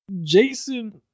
Jason